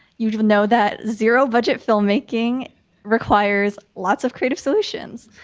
you know that zero budget filmmaking requires lots of creative solutions.